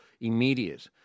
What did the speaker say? immediate